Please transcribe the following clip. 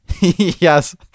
Yes